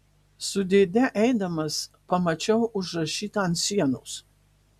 su dėde eidamas pamačiau užrašytą ant sienos